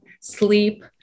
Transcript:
sleep